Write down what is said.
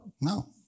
No